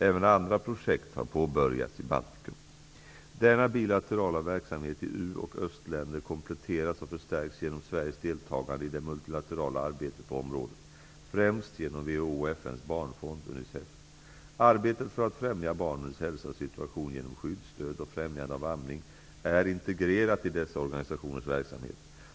Även andra projekt har påbörjats i Denna bilaterala veksamhet i u och östländer kompletteras och förstärks genom Sveriges deltagande i de multilaterala arbetet på området, främst genom WHO och FN:s barnfond, Unicef. Arbetet för att främja barnens hälsa och situation genom skydd, stöd och främjande av amning är integrerat i dessa organisationers verksamhet.